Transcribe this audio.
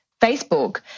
Facebook